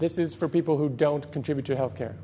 this is for people who don't contribute to health care